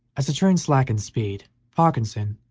as the train slackened speed parkinson,